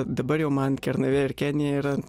dabar jau man kernavė ir kenija yra